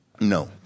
No